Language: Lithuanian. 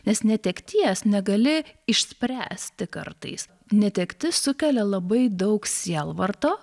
nes netekties negali išspręsti kartais netektis sukelia labai daug sielvarto